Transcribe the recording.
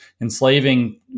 enslaving